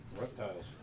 Reptiles